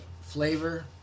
flavor